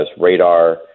radar